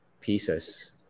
pieces